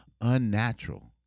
unnatural